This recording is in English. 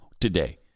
today